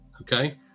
okay